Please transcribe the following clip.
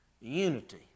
unity